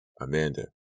Amanda